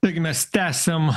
taigi mes tęsiam